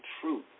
truth